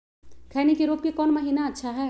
खैनी के रोप के कौन महीना अच्छा है?